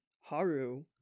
Haru